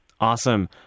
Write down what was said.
Awesome